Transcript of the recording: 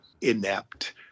inept